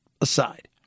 aside